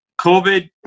COVID